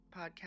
podcast